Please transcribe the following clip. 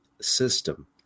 system